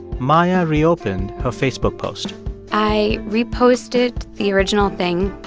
maia reopened her facebook post i reposted the original thing,